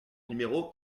numéro